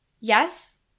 yes